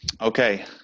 Okay